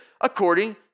according